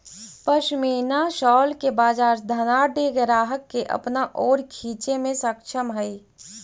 pashmina shawl के बाजार धनाढ्य ग्राहक के अपना ओर खींचे में सक्षम हई